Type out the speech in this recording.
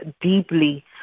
deeply